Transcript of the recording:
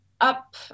up